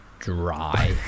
Dry